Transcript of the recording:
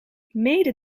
mede